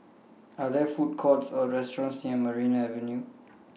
Are There Food Courts Or restaurants near Maria Avenue